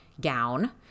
gown